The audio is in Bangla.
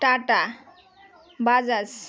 টাটা বাজাজ